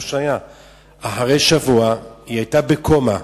שהיתה בקומה,